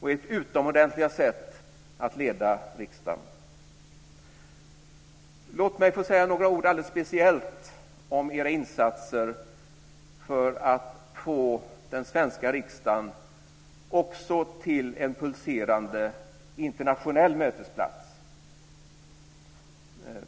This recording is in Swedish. för ert utomordentliga sätt att leda riksdagen. Låt mig få säga några ord alldeles speciellt om era insatser för att få den svenska riksdagen också till en pulserande internationell mötesplats.